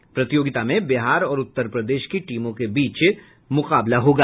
इस प्रतियोगिता में बिहार और उत्तर प्रदेश की टीमों के बीच मुकाबला होगा